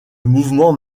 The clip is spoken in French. mouvement